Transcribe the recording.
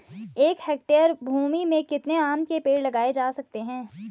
एक हेक्टेयर भूमि में कितने आम के पेड़ लगाए जा सकते हैं?